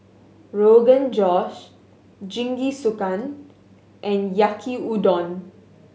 Rogan Josh Jingisukan and Yaki Udon